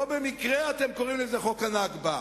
לא במקרה אתם קוראים לזה "חוק הנכבה".